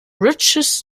riches